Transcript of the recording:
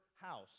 house